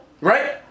right